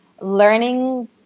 learning